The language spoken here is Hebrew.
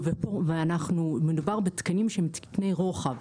ופה, ואנחנו, מדובר בתקנים שהם תקני רוחב.